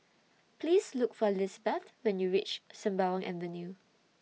Please Look For Lisbeth when YOU REACH Sembawang Avenue